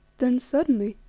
then suddenly,